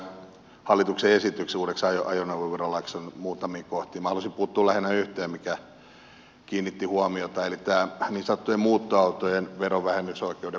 tässä hallituksen esityksessä uudeksi ajoneuvoverolaiksi on muutamia kohtia minä haluaisin puuttua lähinnä yhteen mikä kiinnitti huomiota eli tähän niin sanottuun muuttoautojen verovähennysoikeuden poistamiseen